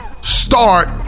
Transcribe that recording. start